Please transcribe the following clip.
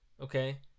Okay